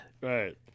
Right